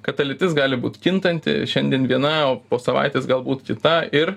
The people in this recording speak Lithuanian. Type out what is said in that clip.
kad ta lytis gali būt kintanti šiandien viena o po savaitės galbūt kita ir